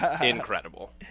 incredible